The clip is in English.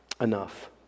enough